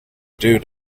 due